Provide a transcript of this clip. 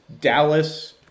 Dallas